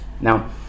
Now